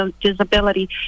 disability